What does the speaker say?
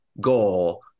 goal